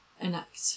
enact